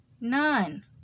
None